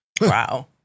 Wow